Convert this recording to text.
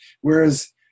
whereas